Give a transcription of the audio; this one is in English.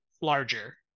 larger